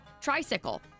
tricycle